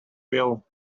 bill